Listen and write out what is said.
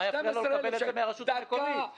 למה שלא יקבל את זה מהרשות המקומית כשכר?